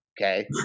okay